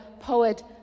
poet